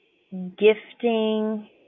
gifting